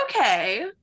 okay